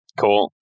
Cool